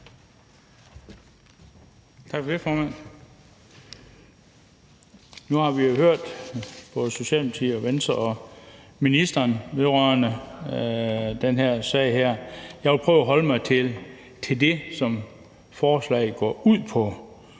Nu har vi jo hørt både Socialdemokratiet og Venstre og ministeren vedrørende den her sag. Jeg vil prøve at holde mig til det, som forslaget går ud på.